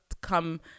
come